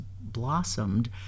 blossomed